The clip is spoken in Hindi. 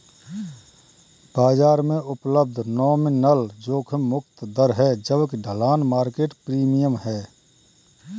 बाजार में उपलब्ध नॉमिनल जोखिम मुक्त दर है जबकि ढलान मार्केट प्रीमियम है